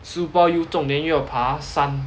书包又重 then 又要爬山